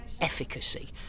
efficacy